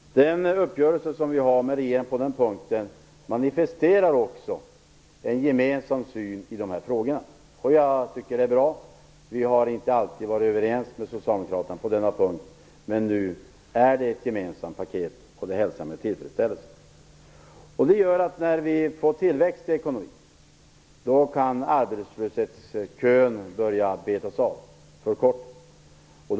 Den uppgörelse vi har med regeringen på den punkten manifesterar också en gemensam syn på de här frågorna. Jag tycker att det är bra. Vi har inte alltid varit överens med socialdemokraterna på denna punkt, men nu finns det ett gemensamt paket, och det hälsar jag med tillfredsställelse. Det gör att när vi får tillväxt i ekonomin, kan arbetslöshetskön börja förkortas.